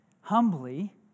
humbly